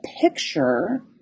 picture